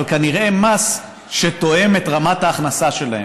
אבל כנראה מס שתואם את רמת ההכנסה שלהם,